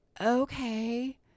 okay